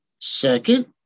Second